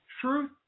truth